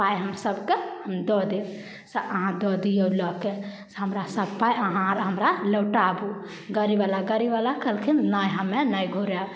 पाइ हमसभके हम दऽ देब से अहाँ दऽ दियौ लऽके से हमरा सभ पाइ अहाँ आर हमरा लौटाबू गाड़ीवला गाड़ीवला कहलखिन नहि हमे नहि घुरैब